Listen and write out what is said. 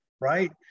right